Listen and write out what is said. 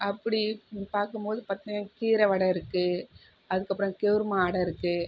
அப்படி பார்க்கும்போது பார்த்தீங்கன்னா கீரை வடை இருக்கு அதற்கப்பறம் கேவுரு மாவு அடை இருக்கு